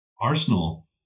Arsenal